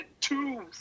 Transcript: two